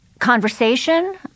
Conversation